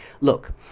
Look